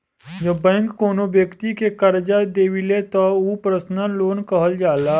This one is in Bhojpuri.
जब बैंक कौनो बैक्ति के करजा देवेली त उ पर्सनल लोन कहल जाला